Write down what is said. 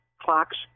clocks